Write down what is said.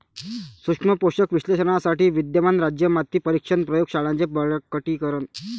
सूक्ष्म पोषक विश्लेषणासाठी विद्यमान राज्य माती परीक्षण प्रयोग शाळांचे बळकटीकरण